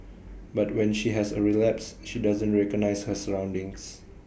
but when she has A relapse she doesn't recognise her surroundings